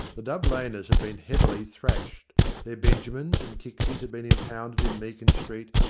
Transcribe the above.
the dove-laners had been heavily thrashed their benjamins and kicksies had been impounded in meakin street,